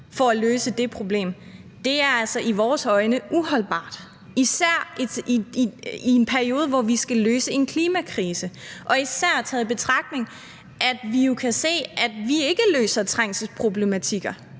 for at løse det problem – i vores øjne er uholdbart, især i en periode, hvor vi skal løse en klimakrise, og især taget i betragtning, at vi jo kan se, at vi ikke løser trængselsproblematikker